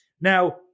Now